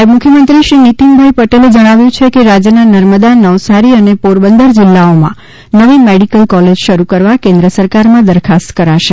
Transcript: નાયબ મુખ્યમંત્રી શ્રી નીતીનભાઈ પટેલે જણાવ્યું છે કે રાજ્યના નર્મદા નવસારી અને પોરબંદર જિલ્લાઓમાં નવી મેડીકલ કોલેજો શરૂ કરવા કેન્દ્ર સરકારમા દરખાસ્ત કરાશે